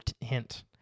hint